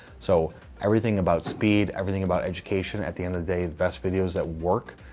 so everything about speed, everything about education, at the end of the day the best videos that work,